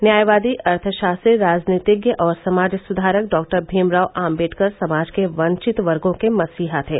न्यायवादी अर्थशास्त्री राजनीतिज्ञ और समाज सुधारक डॉक्टर भीमराव आम्बेडकर समाज के वंचित वर्गो के मसीहा थे